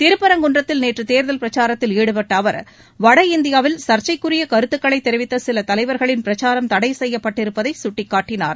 திருப்பரங்குன்றத்தில் நேற்று தேர்தல் பிரச்சாரத்தில் ஈடுபட்ட அவர் வட இந்தியாவில் சா்ச்சைக்குரிய கருத்துக்களை தெரிவித்த சில தலைவா்களின் பிரச்சாரம் தடை செய்யப்பட்டிருப்பதை சுட்டிக்காட்டனார்